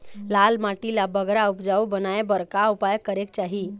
लाल माटी ला बगरा उपजाऊ बनाए बर का उपाय करेक चाही?